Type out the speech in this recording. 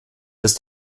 ist